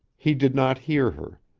he did not hear her.